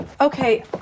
Okay